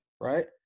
right